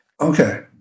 Okay